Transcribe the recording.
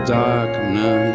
darkness